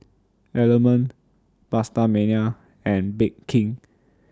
Element PastaMania and Bake King